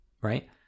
right